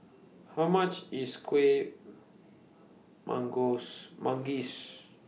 How much IS Kueh Manggis